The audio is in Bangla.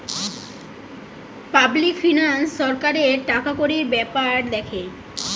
পাবলিক ফিনান্স সরকারের টাকাকড়ির বেপার দ্যাখে